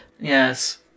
Yes